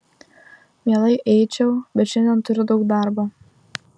mielai eičiau bet šiandien turiu daug darbo